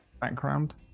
background